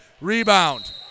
Rebound